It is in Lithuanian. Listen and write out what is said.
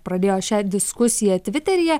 pradėjo šią diskusiją tviteryje